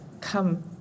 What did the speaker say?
come